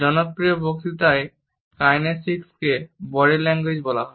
জনপ্রিয় বক্তৃতায় কাইনেসিক্সকে বডি ল্যাঙ্গুয়েজ বলা হয়